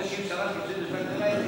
זה יוצא 32 שנה.